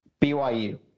BYU